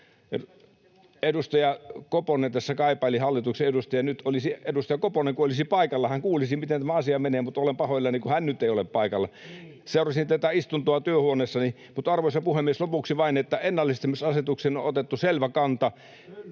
edustaja, tässä kaipaili... Nyt kun edustaja Koponen olisi paikalla, hän kuulisi, miten tämä asia menee, mutta olen pahoillani, kun hän nyt ei ole paikalla. Seurasin tätä istuntoa työhuoneessani. Mutta, arvoisa puhemies, lopuksi vain, että ennallistamisasetukseen on otettu selvä kanta.